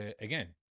again